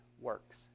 works